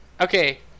okay